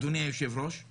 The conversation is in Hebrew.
אדוני היושב-ראש,